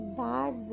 bad